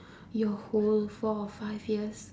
your whole four or five years